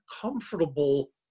comfortable